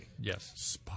Yes